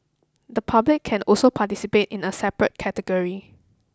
the public can also participate in a separate category